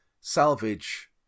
salvage